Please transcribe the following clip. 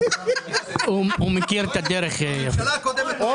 8 מיליארד שקל מאוקטובר ניגבו מהעצמאים רק כמס הכנסה.